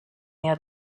near